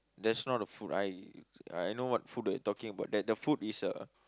that's not a food I I I know what food you are talking about that that food is a